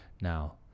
Now